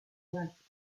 olympiques